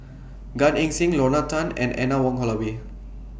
Gan Eng Seng Lorna Tan and Anne Wong Holloway